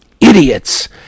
idiots